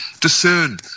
Discern